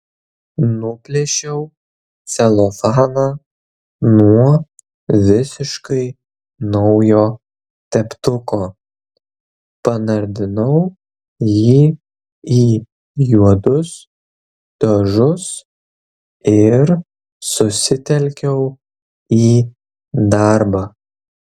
nuplėšiau celofaną nuo visiškai naujo teptuko panardinau jį į juodus dažus ir susitelkiau į darbą